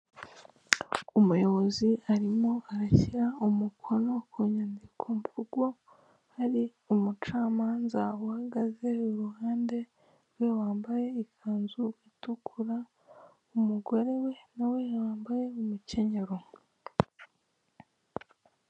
Umuyobozi arimo arashyira umukono ku nyandikomvugo, hari umucamanza uhagaze iruhande rwe wambaye ikanzu itukura umugore we nawe yambaye umukenyero.